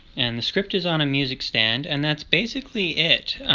and the script is on a music stand, and that's basically it.